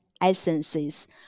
essences